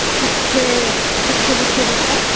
ਕਿੱਥੇ ਕਿੱਥੇ ਕਿੱਥੇ ਕੀਤਾ